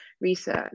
research